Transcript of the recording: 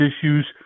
issues